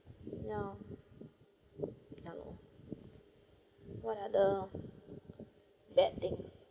ya ya ya lor what are the bad things